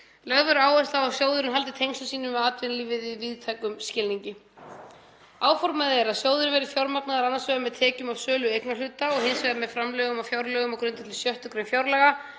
verður áhersla á að sjóðurinn haldi tengslum sínum við atvinnulífið í víðtækum skilningi. Áformað er að sjóðurinn verði fjármagnaður annars vegar með tekjum af sölu eignarhluta og hins vegar með framlögum af fjárlögum á grundvelli 6. gr. fjárlaga,